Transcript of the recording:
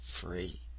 free